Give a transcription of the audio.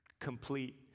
complete